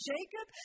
Jacob